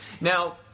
Now